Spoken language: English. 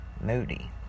Moody